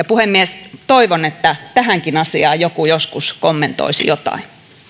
puhemies toivon että tähänkin asiaan joku joskus kommentoisi jotain